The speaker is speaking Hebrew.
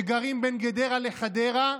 שגרים בין גדרה לחדרה,